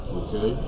okay